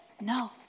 no